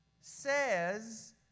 says